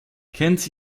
kennt